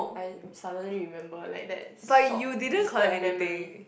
I suddenly remember like that short distance memory